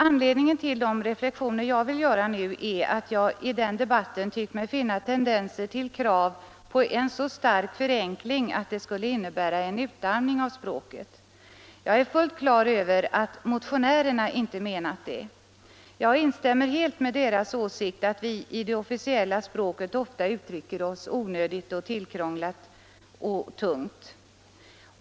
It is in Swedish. Anledningen till de reflexioner jag vill göra nu är att jag i den debatten tyckt mig finna tendenser till krav på en så stark förenkling, att det skulle innebära en utarmning av språket. Jag är fullt klar över att motionärerna inte menat detta. Jag instämmer helt i deras åsikt att vi i det officiella språket ofta uttrycker oss onödigt tillkrånglat och tungt.